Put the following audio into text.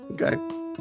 okay